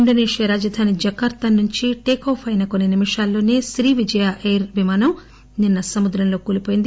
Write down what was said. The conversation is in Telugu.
ఇండోసేషియా రాజధాని జకార్తా నుంచి టేక్ ఆఫ్ అయిన కొన్ని నిమిషాల్లోసే శ్రీవిజయ ఎయిర్ విమానం నిన్న సముద్రంలోకి కూలిపోయింది